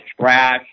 trash